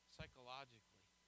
Psychologically